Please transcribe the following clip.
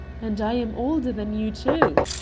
and i am older than you, too.